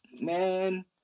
man